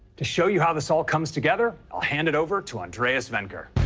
to show you how this all comes together, i'll hand it over to andreas wendker.